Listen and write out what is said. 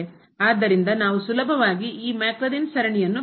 ಆದ್ದರಿಂದ ನಾವು ಸುಲಭವಾಗಿ ಈ ಮ್ಯಾಕ್ಲೌರಿನ್ಸ್ ಸರಣಿಯನ್ನು ಬರೆಯಬಹುದು